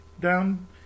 down